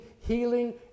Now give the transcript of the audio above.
healing